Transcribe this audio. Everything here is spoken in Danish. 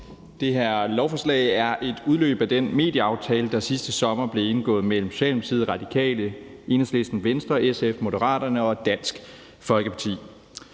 Det her lovforslag er en udløber af den medieaftale, der sidste sommer blev indgået mellem Socialdemokratiet, Radikale, Enhedslisten, Venstre, SF, Moderaterne og Dansk Folkeparti.